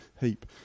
heap